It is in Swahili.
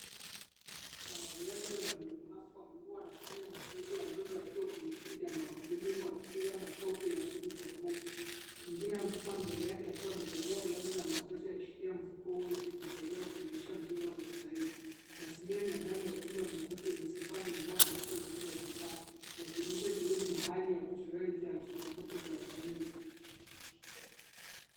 Mwanariadha mwenye ulemavu wa miguu anafanya mazoezi ya ndondo akiwa kwenye kiti cha magurudumu huku akipiga makofi ya ngumi kwa nguvu. Mwingine amesimama mbele yake akiwa amevalia glavu za mazoezi akishikia mfuko huyu ili kumsaidia kuimarisha mpira uwe na usahihi. Mazingira ni ya ndani ya ukumbi wa mazoezi wenye sakafu ya mbao na kuta zilizo chakaa, yakionyesha juhudi na hali ya changamoto za kimwili.